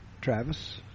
Travis